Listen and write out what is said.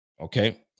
Okay